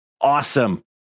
awesome